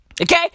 Okay